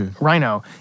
Rhino